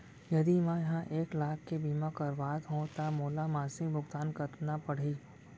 यदि मैं ह एक लाख के बीमा करवात हो त मोला मासिक भुगतान कतना पड़ही?